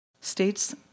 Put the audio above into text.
states